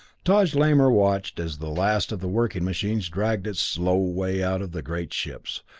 taj lamor watched as the last of the working machines dragged its slow way out of the great ships.